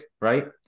right